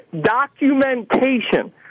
documentation